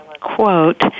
quote